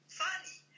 funny